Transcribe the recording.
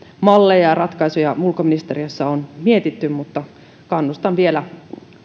malleja ja ratkaisuja ulkoministeriössä on mietitty mutta kannustan vielä